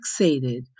fixated